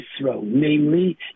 Namely